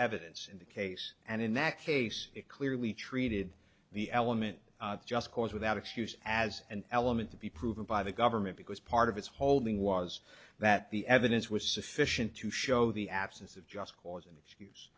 evidence in the case and in that case it clearly treated the element just cause without excuse as an element to be proven by the government because part of its holding was that the evidence was sufficient to show the absence of just cause an excuse